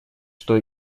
что